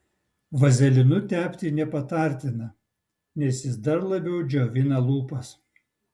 vazelinu tepti nepatartina nes jis dar labiau džiovina lūpas